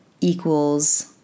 equals